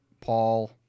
Paul